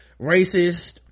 racist